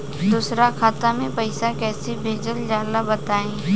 दोसरा खाता में पईसा कइसे भेजल जाला बताई?